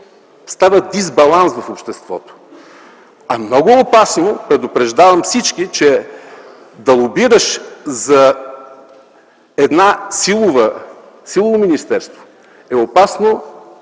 става дисбаланс в обществото. А много е опасно - предупреждавам всички, че да лобираш за едно силово министерство, е опасно